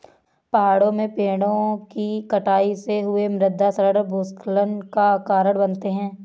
पहाड़ों में पेड़ों कि कटाई से हुए मृदा क्षरण भूस्खलन का कारण बनते हैं